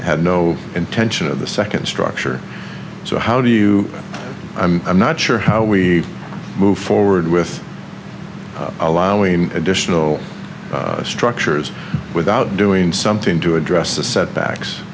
had no intention of the second structure so how do you i'm not sure how we move forward with allowing additional structures without doing something to address the setbacks